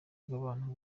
bw’abantu